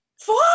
Fuck